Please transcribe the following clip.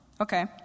Okay